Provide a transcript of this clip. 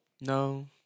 no